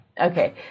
Okay